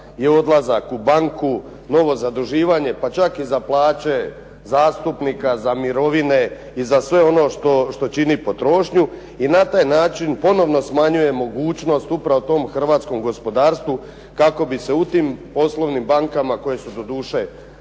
je odlazak u banku, novo zaduživanje, pa čak i za plaće zastupnika, za mirovine i za sve ono što čini potrošnju. I na taj način ponovno smanjuje mogućnost upravo tom hrvatskom gospodarstvu kako bi se u tim poslovnim bankama koje su doduše